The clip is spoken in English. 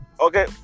Okay